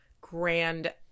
grand